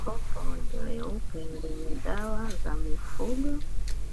Kopo leupe lenye dawa za mifugo,